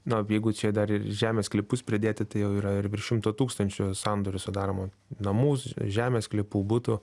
na jeigu čia dar ir žemės sklypus pridėti tai jau yra ir virš šimto tūkstančių sandorių sudaroma namų žemės sklypų butų